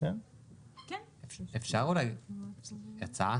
--- אפשר עצה?